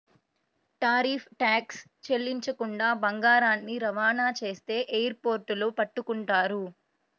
tariff tax చెల్లించకుండా బంగారాన్ని రవాణా చేస్తే ఎయిర్ పోర్టుల్లో పట్టుకుంటారు